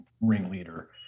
ringleader